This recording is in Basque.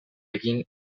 egin